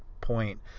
point